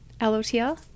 LOTL